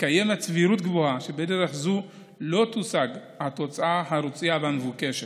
וקיימת סבירות גבוהה שבדרך זו לא תושג התוצאה הרצויה והמבוקשת.